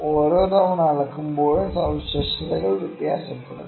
ഓരോ തവണ അളക്കുമ്പോഴും സവിശേഷതകൾ വ്യത്യാസപ്പെടുന്നു